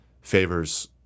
favors